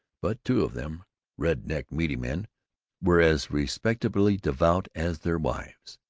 but two of them red-necked, meaty men were as respectably devout as their wives.